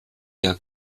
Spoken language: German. ihrer